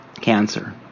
cancer